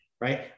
right